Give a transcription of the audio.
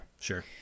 sure